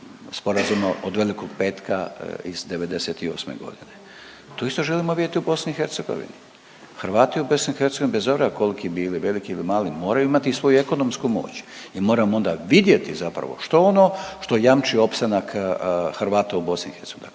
sporazuma od Velikog petka iz '98.g.. To isto želimo vidjeti u BiH, Hrvati u BiH bez obzira kolki bili veliki ili mali moraju imati i svoju ekonomsku moć i moramo onda vidjeti zapravo što ono što jamči opstanak Hrvata u BiH